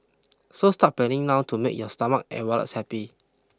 so start planning now to make your stomach and wallets happy